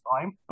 time